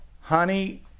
Honey